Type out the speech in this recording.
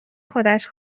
خودش